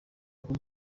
kuri